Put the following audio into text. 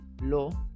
low